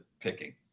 picking